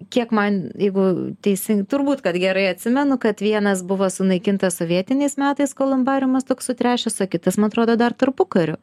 kiek man jeigu teisingai turbūt kad gerai atsimenu kad vienas buvo sunaikintas sovietiniais metais kolumbariumas toks sutrešęs o kitas man atrodo dar tarpukariu